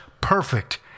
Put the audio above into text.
perfect